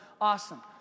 Awesome